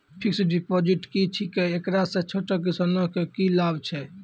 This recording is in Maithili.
फिक्स्ड डिपॉजिट की छिकै, एकरा से छोटो किसानों के की लाभ छै?